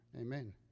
Amen